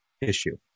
issue